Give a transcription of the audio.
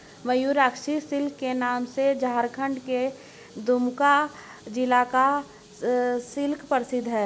Mayurakshi silk के नाम से झारखण्ड के दुमका जिला का सिल्क प्रसिद्ध है